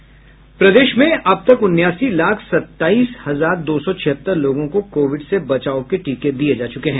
प्रदेश में अब तक उनासी लाख सत्ताईस हजार दो सौ छिहत्तर लोगों को कोविड से बचाव के टीके दिये जा चुके हैं